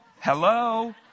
Hello